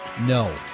no